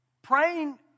Praying